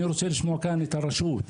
אני רוצה לשמוע כאן את הרשות,